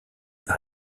par